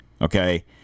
Okay